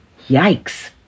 Yikes